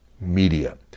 media